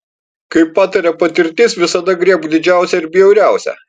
kaip pataria patirtis visada griebk didžiausią ir bjauriausią